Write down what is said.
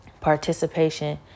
participation